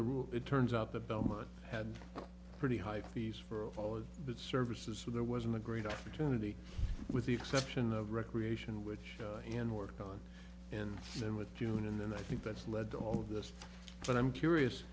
the rules it turns out the belmont had pretty high fees for all of its services so there wasn't a great opportunity with the exception of recreation which in oregon and then with june and then i think that's led to all of this but i'm curious